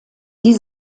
die